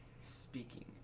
Speaking